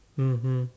mmhmm